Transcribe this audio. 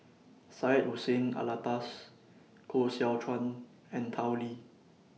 Syed Hussein Alatas Koh Seow Chuan and Tao Li